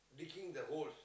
digging the hole